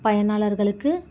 பயனாளர்களுக்கு